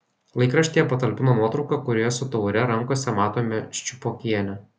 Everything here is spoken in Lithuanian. laikraštyje patalpino nuotrauką kurioje su taure rankose matome ščiupokienę